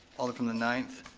alder from the ninth,